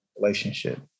relationship